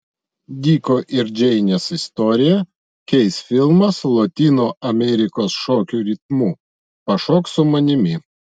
diko ir džeinės istoriją keis filmas lotynų amerikos šokių ritmu pašok su manimi